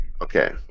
Okay